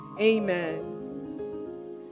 Amen